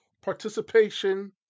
participation